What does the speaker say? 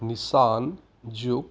Nissan juke